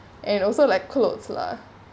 and also like clothes lah